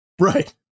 Right